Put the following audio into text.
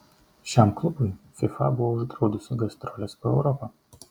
šiam klubui fifa buvo uždraudusi gastroles po europą